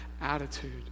attitude